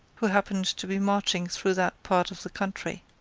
who happened to be marching through that part of the country.